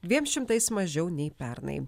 dviem šimtais mažiau nei pernai